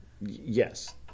Yes